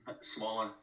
smaller